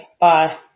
Bye